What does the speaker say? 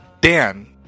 Dan